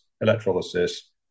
electrolysis